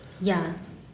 Yes